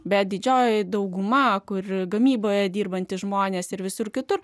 bet didžioji dauguma kurių gamyboje dirbantys žmonės ir visur kitur